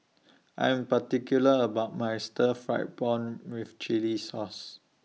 I Am particular about My Stir Fried Prawn with Chili Sauce